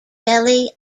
jelly